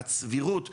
הסבירות שקשירה,